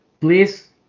please